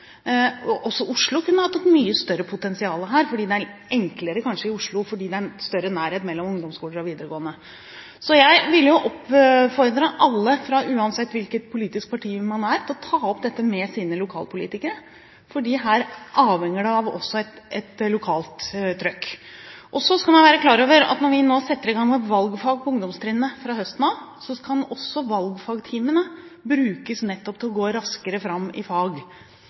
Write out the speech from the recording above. Også Oslo kunne hatt et mye større potensial her, fordi det kanskje er enklere i Oslo fordi det er større nærhet mellom ungdomskoler og videregående. Så jeg vil oppfordre alle, uansett hvilket politisk parti man er fra, til å ta opp dette med sine lokalpolitikere, for her avhenger det også av et lokalt trykk. Så skal man være klar over at når vi nå setter i gang med valgfag på ungdomstrinnet fra høsten av, kan også valgfagtimene brukes nettopp til å gå raskere fram i fag.